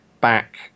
back